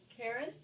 Karen